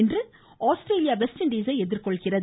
இன்று Australia west இண்டீசை எதிர்கொள்கிறது